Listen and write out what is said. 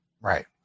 Right